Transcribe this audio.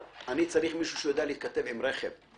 אני צריך מישהו שיודע להתכתב עם רכב.